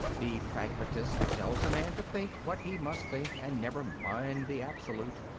the pragmatist tells a man to think what he must think and never mind the absolute.